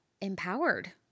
empowered